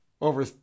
over